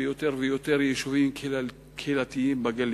ביותר ויותר יישובים קהילתיים בגליל.